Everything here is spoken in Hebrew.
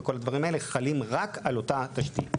חלים רק על אותה תשתית.